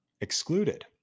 excluded